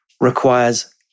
requires